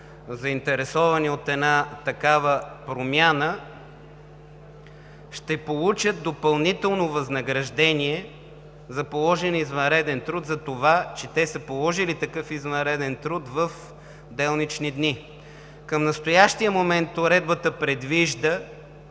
заинтересовани от една такава промяна, ще получат допълнително възнаграждение за положения извънреден труд, за това, че те са положили такъв извънреден труд в делнични дни. Към настоящия момент уредбата предвижда